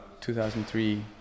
2003